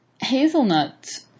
hazelnuts